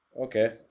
okay